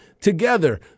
together